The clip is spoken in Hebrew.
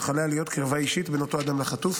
אך עליה להיות קרבה אישית בין אותו אדם לחטוף.